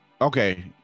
okay